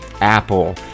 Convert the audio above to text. apple